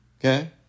Okay